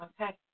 Okay